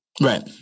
Right